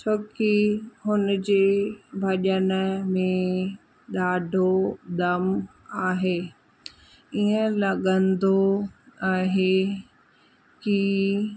छो की हुनजे भॼन में ॾाढो दम आहे ईअं लॻंदो आहे की